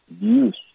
Use